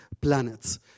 planets